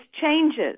changes